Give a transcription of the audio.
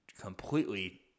completely